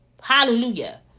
Hallelujah